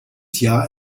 jahr